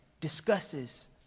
discusses